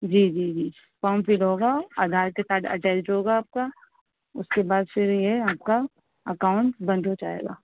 جی جی جی form full ہوگا آدھار کے ساتھ اٹیچڈ ہوگا آپ کا اس کے بعد پھر یہ آپ کا اکاؤنٹ بند ہو جائے گا